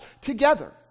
together